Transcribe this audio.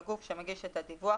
של הגוף שמגיש את הדיווח,